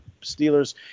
Steelers